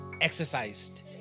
exercised